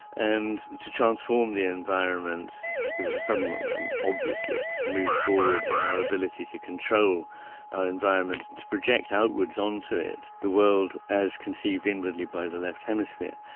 and to transform the environment it was a sudden um and obvious move forward in our ability to control our environment and to project outwards onto it the world as conceived inwardly by the left hemisphere.